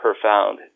profound